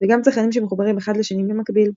וגם צרכנים שמחוברים אחד לשני במקביל.